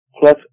plus